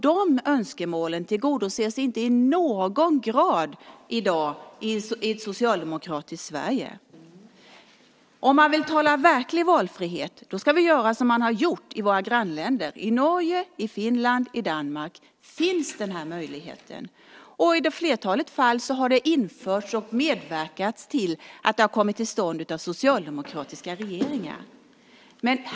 De önskemålen tillgodoses inte i någon grad i dag i ett socialdemokratiskt Sverige. Om vi vill tala verklig valfrihet ska vi göra som man har gjort i våra grannländer. I Norge, Finland och Danmark finns denna möjlighet. I flertalet fall har socialdemokratiska regeringar infört och medverkat till att det har kommit till stånd.